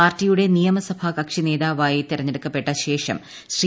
പാർട്ടിയുടെ നിയമസഭാ കക്ഷി നേതാവായി തിരഞ്ഞെടുക്കപ്പെട്ട ശ്രീ